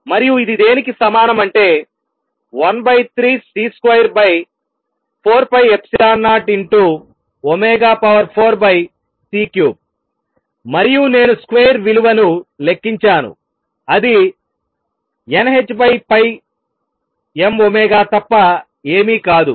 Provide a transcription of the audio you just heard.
మరియు ఇది దేనికి సమానం అంటే 13 C2 4ε0ω4 C3 మరియు నేను స్క్వేర్ విలువను లెక్కించాను అది n h mωతప్ప ఏమీ కాదు